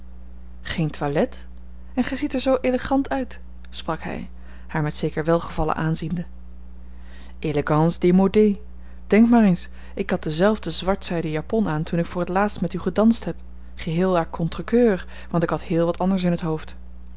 geen toilet en gij ziet er zoo elegant uit sprak hij haar met zeker welgevallen aanziende elégance démodée denk maar eens ik had dezelfde zwart zijden japon aan toen ik voor het laatst met u gedanst heb geheel à contre coeur want ik had heel wat anders in het hoofd